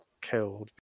killed